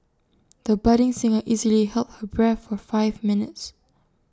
the budding singer easily held her breath for five minutes